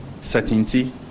certainty